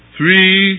three